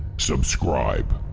subscribe,